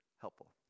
helpful